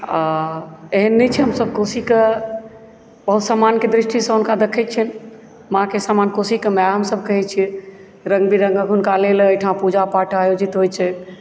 आ एहन नहि छै हमसब कोशी के बहुत सम्मानक दृष्टिसँ हुनका देखैत छियनि माँके समान कोशीकेँ माय हमसब कहै छियै रंग बिरंगक हुनका लेल एहिठाम पूजापाठ आयोजित होइत छै